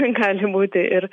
gali būti ir